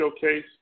showcase